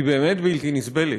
היא באמת בלתי נסבלת.